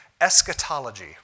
Eschatology